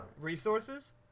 resources